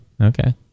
okay